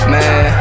Man